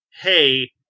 hey